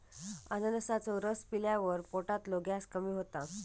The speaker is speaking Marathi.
अननसाचो रस पिल्यावर पोटातलो गॅस कमी होता